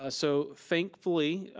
ah so thankfully,